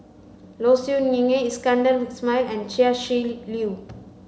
Low Siew Nghee Iskandar Ismail and Chia Shi Lu